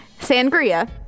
Sangria